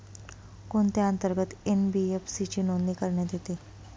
कोणत्या अंतर्गत एन.बी.एफ.सी ची नोंदणी करण्यात येते?